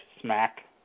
smack